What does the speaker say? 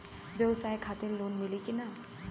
ब्यवसाय खातिर लोन मिली कि ना?